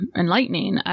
enlightening